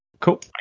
cool